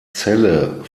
celle